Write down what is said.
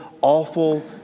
awful